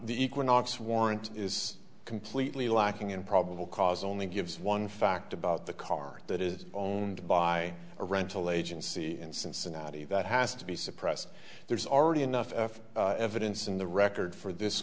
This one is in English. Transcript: the equinox warrant is completely lacking in probable cause only gives one fact about the car that is owned by a rental agency in cincinnati that has to be suppressed there's already enough evidence in the record for this